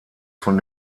von